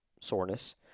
soreness